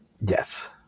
Yes